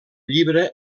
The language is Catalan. llibre